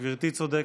גברתי צודקת.